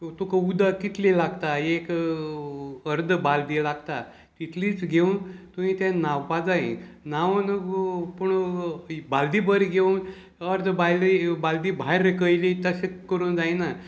तुका उदक कितली लागता एक अर्द बालदी लागता तितलीच घेवन तुयें तें न्हांवपा जाय न्हांवून पूण बालदी बरी घेवन अर्द बाल बालदी भायर कयली तशें करूं जायना